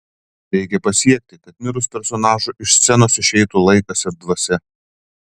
reikia pasiekti kad mirus personažui iš scenos išeitų laikas ir dvasia